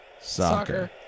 Soccer